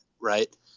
right